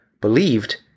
believed